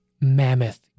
mammoth